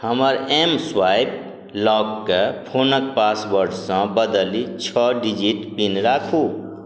हमर एमस्वाइप लॉककेँ फोनके पासवर्डसँ बदलि छओ डिजिट पिन राखू